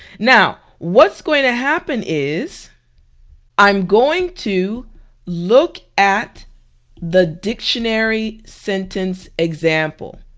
now what's going to happen is i'm going to look at the dictionary sentence example,